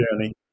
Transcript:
journey